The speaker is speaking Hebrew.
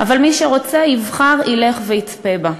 אבל מי שרוצה, יבחר, ילך ויצפה בה.